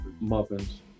muffins